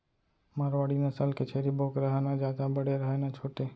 मारवाड़ी नसल के छेरी बोकरा ह न जादा बड़े रहय न छोटे